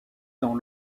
dans